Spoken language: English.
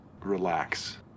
Relax